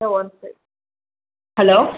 hello one sec hello